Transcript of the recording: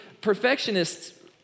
perfectionists